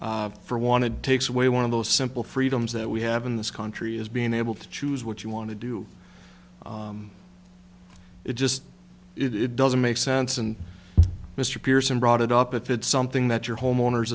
for wanted takes away one of the simple freedoms that we have in this country is being able to choose what you want to do it just it doesn't make sense and mr pearson brought it up if it's something that your homeowners